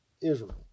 Israel